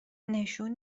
نشون